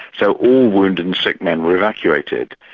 so all wounded and sick men were evacuated.